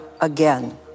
again